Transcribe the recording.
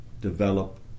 develop